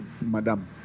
Madam